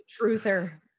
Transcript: truther